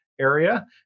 area